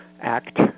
act